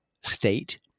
state